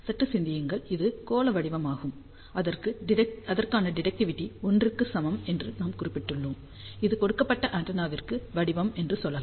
சற்று சிந்தியுங்கள் இது கோள வடிவமாகும் அதற்கான டிரெக்டிவிடி 1 க்கு சமம் என்று நாம் குறிப்பிட்டுள்ளோம் இது கொடுக்கப்பட்ட ஆண்டெனாவிற்கான வடிவம் என சொல்லலாம்